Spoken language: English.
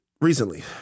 recently